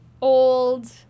old